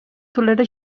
tolera